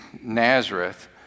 Nazareth